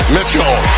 Mitchell